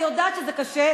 אני יודעת שזה קשה,